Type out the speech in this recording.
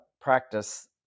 practice